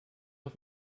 auf